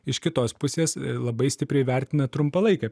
iš kitos pusės labai stipriai vertina trumpalaikę